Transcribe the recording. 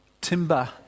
timber